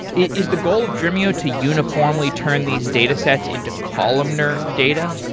is the goal of dremio to uniformly turn these datasets into columnar data?